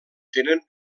tenen